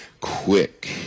quick